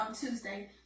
Tuesday